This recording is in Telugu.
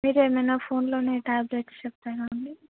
మీరే ఏమైనా ఫోన్లోనే ట్యాబ్లెట్స్ చెప్తారా అండి